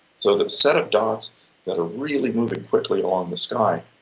so the set of dots that are really moving quickly along the sky,